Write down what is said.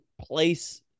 place